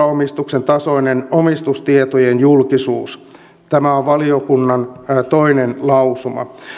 omistuksen tasoinen omistustietojen julkisuus tämä on valiokunnan toinen lausuma